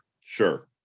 Sure